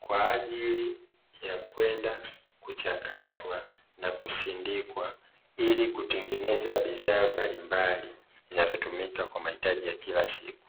kwa ajili ya kwenda kuchakatwa na kusindikwa ili kutengeneza bidhaa mbalimbali zinazotumika kwa mahitaji ya kila siku.